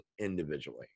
individually